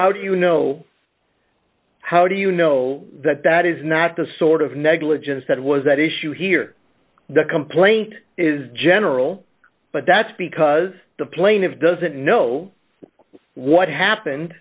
how do you know how do you know that that is not the sort of negligence that it was that issue here the complaint is general but that's because the plaintiffs doesn't know what happened